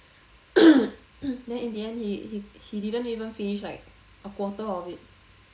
then in the end he didn't even finish like a quarter of it